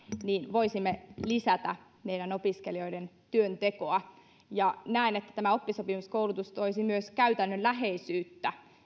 voisimme lisätä meidän opiskelijoiden työntekoa näen että oppisopimuskoulutus toisi myös käytännönläheisyyttä